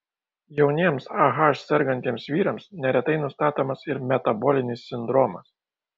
jauniems ah sergantiems vyrams neretai nustatomas ir metabolinis sindromas